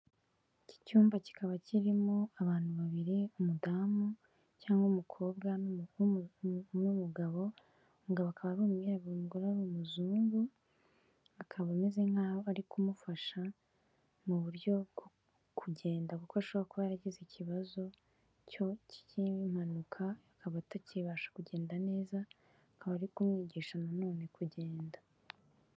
Iki cyumba kikaba kirimo abantu babiri, umudamu cyangwa umukobwa n'umugabo. Umugabo akaba ari umwirabura, umuagore ari umuzungu akaba ameze nk'aho bari kumufasha mu buryo bwo kugenda kuko ashobora kuba yaragize ikibazo cy'impanuka akaba atakibasha kugenda neza akaba ari kumwigisha nanone kugenda.